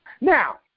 Now